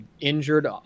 injured